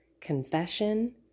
Confession